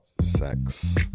sex